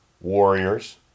warriors